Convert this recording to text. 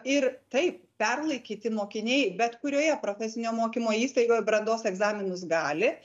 ir taip perlaikyti mokiniai bet kurioje profesinio mokymo įstaigoje brandos egzaminus gali